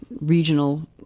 Regional